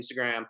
instagram